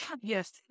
Yes